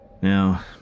Now